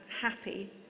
happy